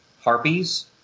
Harpies